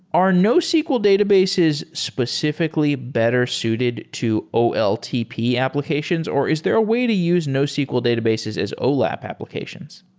are nosql databases specifically better suited to oltp applications or is there a way to use nosql databases as olap applications?